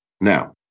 Now